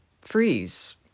freeze